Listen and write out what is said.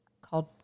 called